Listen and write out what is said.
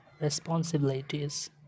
responsibilities